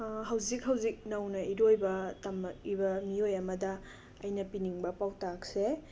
ꯍꯧꯖꯤꯛ ꯍꯧꯖꯤꯛ ꯅꯧꯅ ꯏꯔꯣꯏꯕ ꯇꯃꯛꯏꯕ ꯃꯤꯑꯣꯏ ꯑꯃꯗ ꯑꯩꯅ ꯄꯤꯅꯤꯡꯕ ꯄꯥꯎꯇꯥꯛꯁꯦ